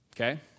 Okay